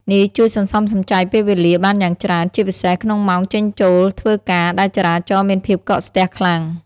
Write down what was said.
នេះជួយសន្សំសំចៃពេលវេលាបានយ៉ាងច្រើន ជាពិសេសក្នុងម៉ោងចេញចូលធ្វើការដែលចរាចរណ៍មានភាពកកស្ទះខ្លាំង។